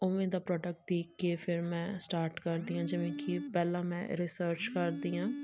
ਉਵੇਂ ਦਾ ਪ੍ਰੋਟੈਕਟ ਦੇਖ ਕੇ ਫਿਰ ਮੈਂ ਸਟਾਰਟ ਕਰਦੀ ਹਾਂ ਜਿਵੇਂ ਕਿ ਪਹਿਲਾਂ ਮੈਂ ਰਿਸਰਚ ਕਰਦੀ ਹਾਂ